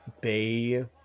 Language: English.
Bay